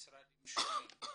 ומשרדים שונים.